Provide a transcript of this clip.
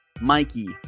Mikey